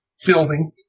fielding